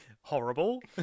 horrible